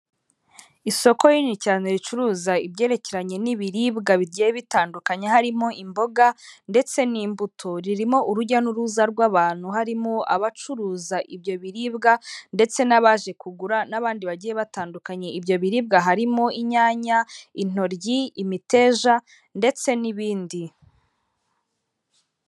Isoko rinini cyane ricuruza ibyerekeranye n'ibiribwa bigiye bitandukanye harimo imboga ndetse n'imbuto, ririmo urujya n'uruza rw'abantu. Harimo abacuruza ibyo biribwa ndetse n'abaje kugura n'abandi bagiye batandukanye. Ibyo biribwa harimo inyanya, intoryi, imiteja ndetse n'ibindi.